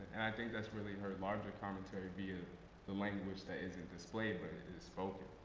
and i think that's really her larger commentary, via the language that isn't displayed but it is spoken.